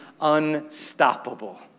unstoppable